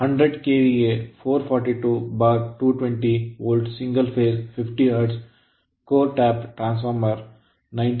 100 KVA 442220 volt single phase 50 hertz core type transformer 98